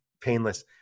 painless